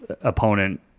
opponent